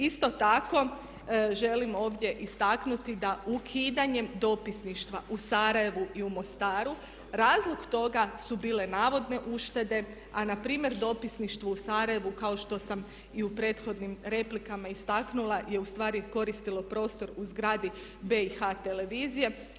Isto tako želim ovdje istaknuti da ukidanjem dopisništva u Sarajevu i u Mostaru razlog toga su bile navodne uštede, a na primjer dopisništvo u Sarajevu kao što sam i u prethodnim replikama istaknula je u stvari koristilo prostor u zgradi BiH televizije.